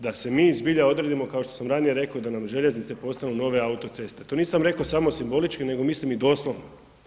Da se mi zbilja odredimo kao što sam ranije rekao da nam željeznice postanu nove autoceste, to nisam rekao samo simbolički nego mislim i doslovno.